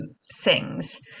sings